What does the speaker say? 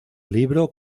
libro